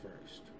first